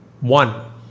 one